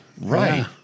Right